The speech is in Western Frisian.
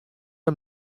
him